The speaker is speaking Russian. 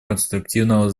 конструктивного